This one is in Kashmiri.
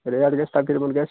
ریٹ گژھِ تقریٖبَن گژھہِ